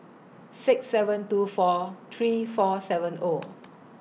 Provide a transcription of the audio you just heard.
six seven two four three four seven O